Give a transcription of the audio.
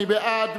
מי בעד?